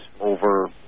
over